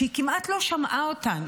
שהיא כמעט לא שמעה אותן.